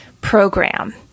program